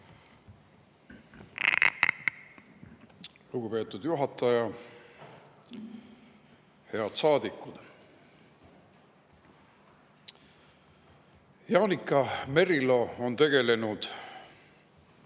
Lugupeetud juhataja! Head saadikud! Jaanika Merilo on tegelenud